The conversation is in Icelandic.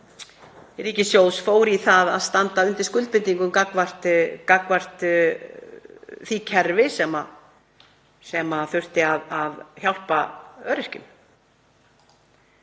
ríkissjóðs fór í það að standa undir skuldbindingum gagnvart því kerfi sem þurfti að hjálpa öryrkjum.